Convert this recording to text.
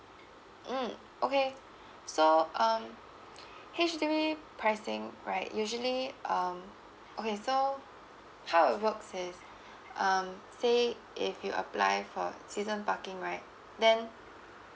mm okay so um H_D_B pricing right usually um okay so how it works is um say if you apply for season parking right then